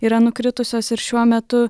yra nukritusios ir šiuo metu